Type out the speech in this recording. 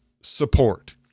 support